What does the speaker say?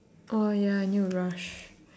oh ya I need to rush